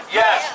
yes